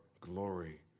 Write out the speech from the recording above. glory